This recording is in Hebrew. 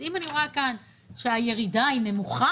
אם אני רואה כאן שהירידה היא נמוכה,